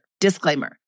Disclaimer